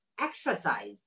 Exercise